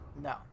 No